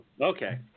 Okay